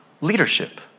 Leadership